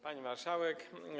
Pani Marszałek!